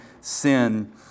sin